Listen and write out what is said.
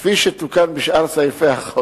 כפי שתוקן בשאר סעיפי החוק.